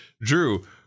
Drew